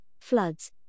floods